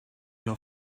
your